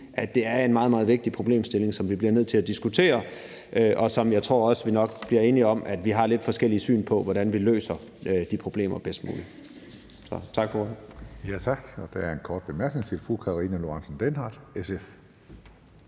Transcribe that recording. at det er en meget, meget vigtig problemstilling, som vi bliver nødt til at diskutere, og som jeg også tror vi nok bliver enige om at vi har lidt forskellige syn på, altså hvordan vi løser de problemer bedst muligt. Tak for ordet. Kl. 15:37 Tredje næstformand (Karsten Hønge): Tak. Der er en kort bemærkning til fru Karina Lorentzen Dehnhardt, SF.